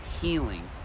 healing